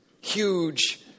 huge